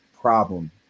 problem